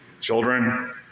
Children